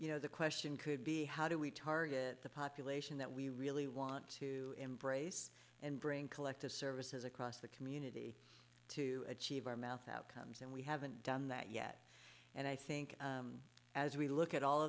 you know the question could be how do we target the population that we really want to embrace and bring collective services across the community to achieve our math outcomes and we haven't done that yet and i think as we look at all